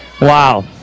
Wow